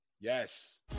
yes